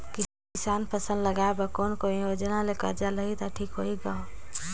किसान फसल लगाय बर कोने कोने योजना ले कर्जा लिही त ठीक होही ग?